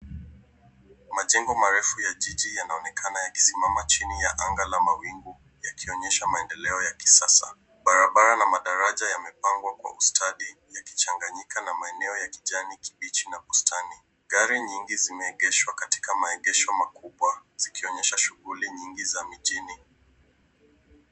Majengo marefu ya jiji yanaonekana yakisimama chini ya anga la mawingu yakionyesha maendeleo ya kisasa. Barabara na madaraja yamepangwa kwa ustadi yakichanganyika na maeneo ya kijani kibichi na bustani. Gari nyingi zimeegeshwa katika maegesho makubwa zikionyesha shughuli nyingi za mijini.